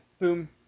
boom